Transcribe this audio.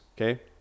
Okay